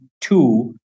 two